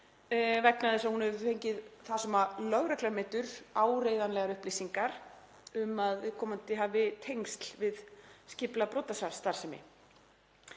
vegna þess að hún hefur fengið það sem lögreglan metur áreiðanlegar upplýsingar um að viðkomandi hafi tengsl við skipulagða brotastarfsemi.